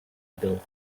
built